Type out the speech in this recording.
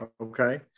Okay